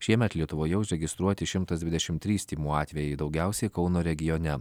šiemet lietuvoje užregistruoti šimtas dvidešimt trys tymų atvejai daugiausiai kauno regione